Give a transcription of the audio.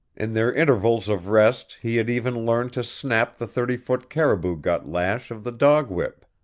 in their intervals of rest he had even learned to snap the thirty-foot caribou-gut lash of the dog-whip.